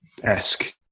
Esque